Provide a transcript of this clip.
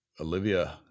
olivia